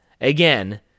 again